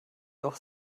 doch